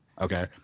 okay